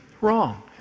wrong